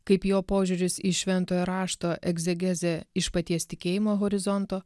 kaip jo požiūris į šventojo rašto egzegezę iš paties tikėjimo horizonto